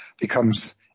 becomes